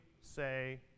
say